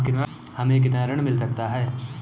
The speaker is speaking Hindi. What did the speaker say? हमें कितना ऋण मिल सकता है?